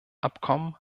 abkommen